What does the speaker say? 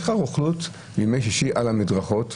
יש לך רוכלות בימי שישי על המדרכות,